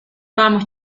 vamos